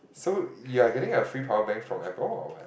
so you're getting a free power bank from Apple or what